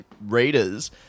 readers